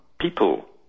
people